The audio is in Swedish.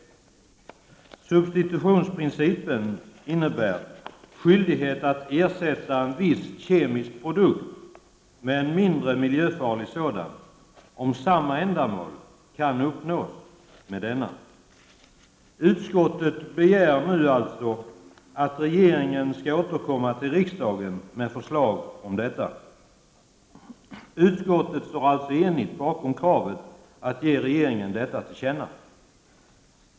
Substitutionsprincipen innebär skyldighet att ersätta en viss kemisk produkt med en mindre miljöfarlig sådan om samma ändamål kan uppnås med denna. Utskottet begär alltså nu att regeringen skall återkomma till riksdagen med förslag om detta. Utskottet står enigt bakom kravet att ge regeringen detta till känna.